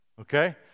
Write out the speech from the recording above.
Okay